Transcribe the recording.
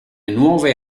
nuove